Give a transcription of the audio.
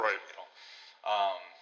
Right